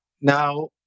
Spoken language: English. Now